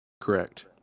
Correct